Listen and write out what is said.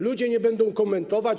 Ludzie nie będą komentować.